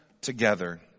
together